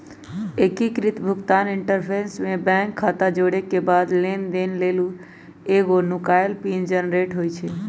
एकीकृत भुगतान इंटरफ़ेस में बैंक खता जोरेके बाद लेनदेन लेल एगो नुकाएल पिन जनरेट होइ छइ